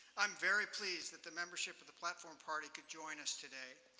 i'm very pleased that the membership of the platform party could join us today.